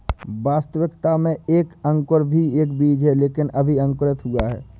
वास्तविकता में एक अंकुर भी एक बीज है लेकिन अभी अंकुरित हुआ है